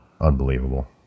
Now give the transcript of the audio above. Unbelievable